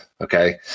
okay